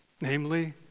namely